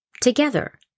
Together